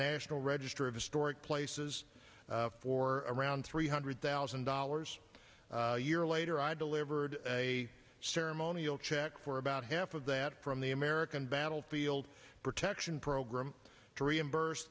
national register of historic places for around three hundred thousand dollars a year later i delivered a ceremonial check for about half of that from the american battlefield protection program to reimburse